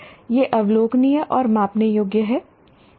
ये अवलोकनीय और मापने योग्य हैं